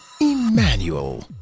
Emmanuel